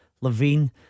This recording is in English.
Levine